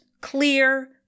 clear